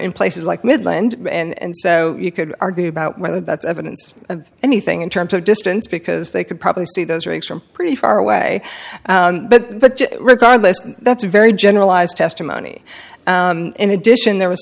in places like midland and so you could argue about whether that's evidence of anything in terms of distance because they could probably see those rigs from pretty far away but regardless that's very generalized testimony in addition there was